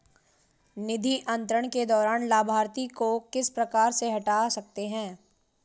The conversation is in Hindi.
निधि अंतरण के दौरान लाभार्थी को किस प्रकार से हटा सकते हैं?